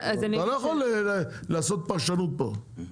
אתה לא יכול לעשות פרשנות פה.